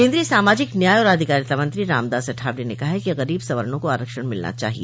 केन्द्रीय सामाजिक न्याय और अधिकारिता मंत्री रामदास अठावले ने कहा है कि गरीब सवर्णो को आरक्षण मिलना चाहिए